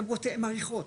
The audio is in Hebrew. מאריכות.